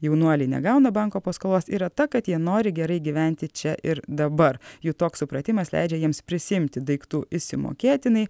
jaunuoliai negauna banko paskolos yra ta kad jie nori gerai gyventi čia ir dabar jų toks supratimas leidžia jiems prisiimti daiktų išsimokėtinai